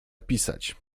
pisać